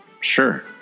Sure